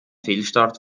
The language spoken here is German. fehlstart